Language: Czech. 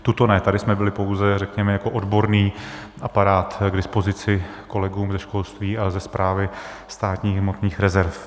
Tuto ne, tady jsme byli pouze, řekněme, jako odborný aparát k dispozici kolegům ze školství a Správy státních hmotných rezerv.